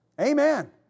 Amen